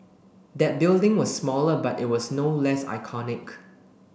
that building was smaller but it was no less iconic